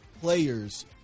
players